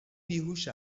بیهوش